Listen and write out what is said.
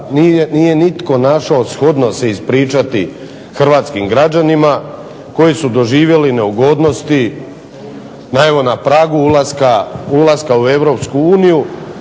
nije nitko našao shodno se ispričati hrvatskim građanima koji su doživjeli neugodnosti evo na pragu ulaska u EU. Nije